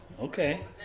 Okay